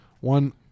one